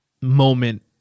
moment